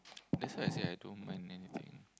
that's why I say I don't mind anything